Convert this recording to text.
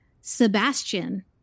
Sebastian